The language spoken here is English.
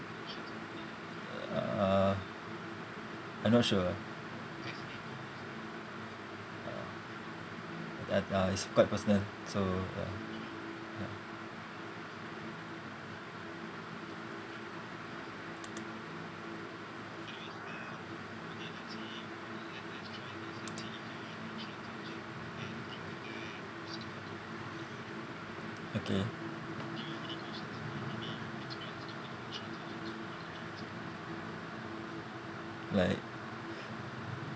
uh I not sure ah uh uh is quite personal so ya ya okay right